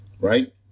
right